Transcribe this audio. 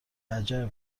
عجب